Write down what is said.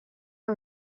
que